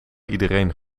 iedereen